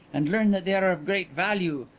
and learn that they are of great value.